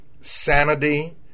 sanity